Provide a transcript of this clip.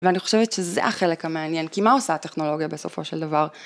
ואני חושבת שזה החלק המעניין, כי מה עושה הטכנולוגיה בסופו של דבר?